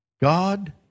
God